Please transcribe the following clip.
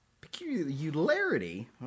peculiarity